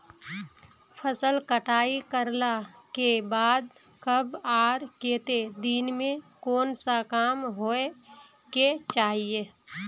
फसल कटाई करला के बाद कब आर केते दिन में कोन सा काम होय के चाहिए?